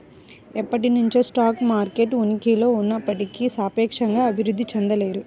ఎప్పటినుంచో stock market ఉనికిలో ఉన్నప్పటికీ సాపేక్షంగా అభివృద్ధి చెందలేదు